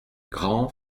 grand